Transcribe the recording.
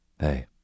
Hey